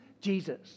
Jesus